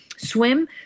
Swim